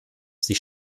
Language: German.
sie